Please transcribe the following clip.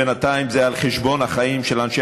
ובינתיים זה על חשבון החיים של אנשי